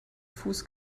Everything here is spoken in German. fuß